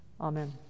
Amen